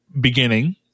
beginning